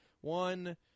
One